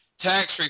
tax